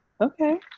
Okay